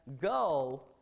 Go